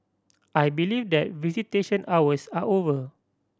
I believe that visitation hours are over